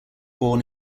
born